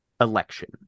election